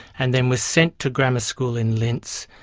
and then was sent to grammar school in linz.